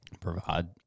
Provide